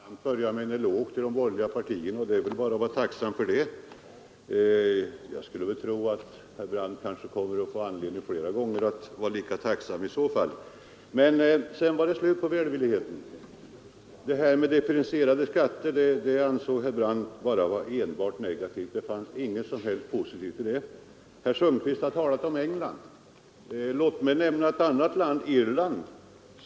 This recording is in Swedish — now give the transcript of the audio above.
Herr talman! Herr Brandt började med att ge en eloge till de borgerliga partierna, och det skall vi väl bara vara tacksamma för. Jag skulle tro att herr Brandt kommer att få anledning att vara lika tacksam flera gånger. Men sedan var det slut på välvilligheten. Det här med differentierade skatter ansåg herr Brandt vara enbart negativt — det fanns inget positivt i det. Herr Sundkvist har talat om England. Låt mig nämna ett annat land — Irland.